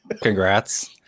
Congrats